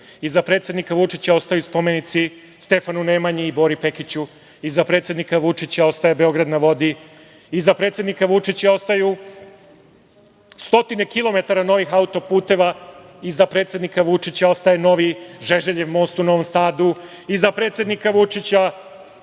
Iza predsednika Vučića ostaju spomenici Stefanu Nemanji i Bori Pekiću. Iza predsednika Vučića ostaje Beograd na vodi. Iza predsednika Vučića ostaju stotine kilometara novih autoputeva. Iza predsednika Vučića ostaje novi Žeželjev most u Novom Sadu. Iza predsednika Vučića